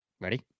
Ready